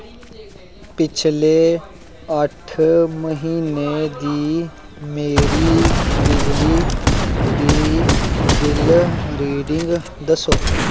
पिछले अट्ठ म्हीनें दी मेरी बिजली दी बिल्ल रीडिंग दस्सो